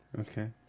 Okay